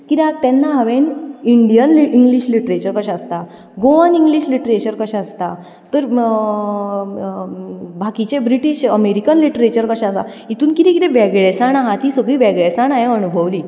कित्याक तेन्ना हांवें इंडियन इंग्लीश लिट्रेचर कशें आसता गोअन इंग्लीश लिट्रेचर कशें आसता तर बाकीचें ब्रिटीश अमेरिकन लिट्रेचर कशें आसा हितून कितें कितें वेगळेसाण आसा ती सगळी वेगळेसाण हांवें अणभवली